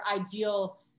ideal